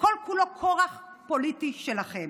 שכל-כולו כורח פוליטי שלכם,